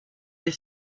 des